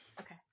Okay